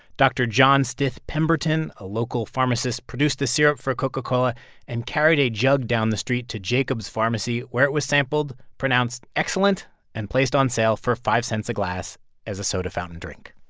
dr. john stith pemberton, a local pharmacist, produced the serum for coca-cola and carried a jug down the street to jacobs pharmacy where it was sampled, pronounced excellent and placed on sale for five cents a glass as a soda fountain drink.